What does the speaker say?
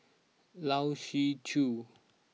Lai Siu Chiu